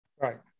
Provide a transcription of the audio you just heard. Right